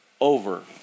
over